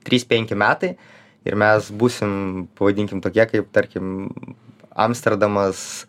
trys penki metai ir mes būsim pavadinkim tokie kaip tarkim amsterdamas